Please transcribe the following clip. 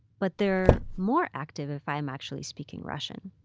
but they're more active if i'm actually speaking russian.